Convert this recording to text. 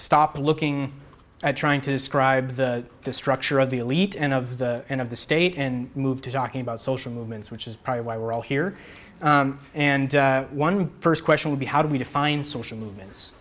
stop looking at trying to describe the structure of the elite and of the end of the state and move to talking about social movements which is probably why we're all here and one first question would be how do we define social movements